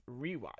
rewatch